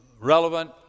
relevant